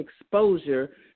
exposure